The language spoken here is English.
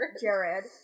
Jared